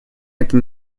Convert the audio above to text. этом